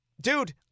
dude